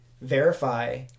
verify